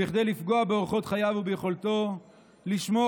כדי לפגוע באורחות חייו וביכולתו לשמור